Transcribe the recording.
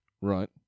Right